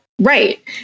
Right